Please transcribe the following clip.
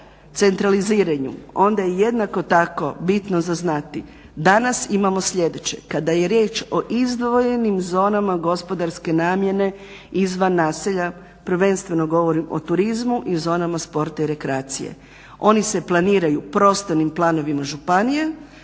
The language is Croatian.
centraliziranju onda je jednako tako bitno za znati, danas imamo sljedeće. Kada je riječ o izdvojenim zonama gospodarske namjene izvan naselja prvenstveno govorim o turizmu i o zonama sporta i rekreacije. Oni se planiraju prostornim planovima županije